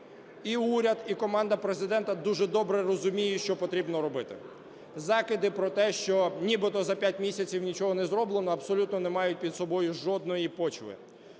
І уряд, і команда Президента дуже добре розуміють, що потрібно робити. Закиди про те, що нібито за п'ять місяців нічого не зроблено, абсолютно не мають під собою жодної почви.